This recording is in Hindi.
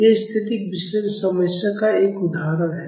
यह स्थैतिक विश्लेषण समस्या का एक उदाहरण है